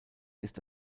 ist